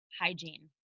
hygiene